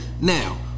Now